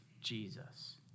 Jesus